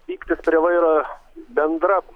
pyktis prie vairo bendra